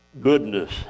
goodness